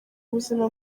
ubuzima